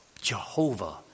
Jehovah